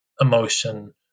emotion